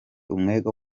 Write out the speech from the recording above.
umwega